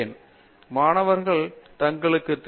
பேராசிரியர் பிரதாப் ஹரிதாஸ் சரி